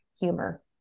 humor